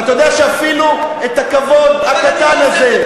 ואתה יודע שאפילו את הכבוד הקטן הזה,